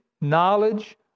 knowledge